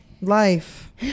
Life